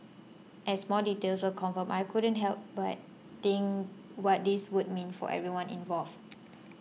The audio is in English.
as more details were confirmed I couldn't help but think what this would mean for everyone involved